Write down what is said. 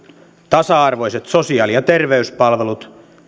tasa arvoiset sosiaali ja terveyspalvelut